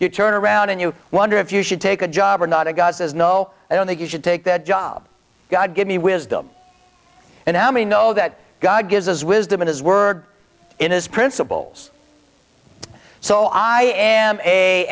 you turn around and you wonder if you should take a job or not a god says no i don't think you should take that job god give me wisdom and now me know that god gives us wisdom in his word in his principles so i am a